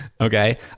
okay